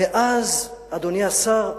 אדוני השר,